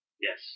Yes